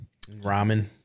ramen